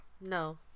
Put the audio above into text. no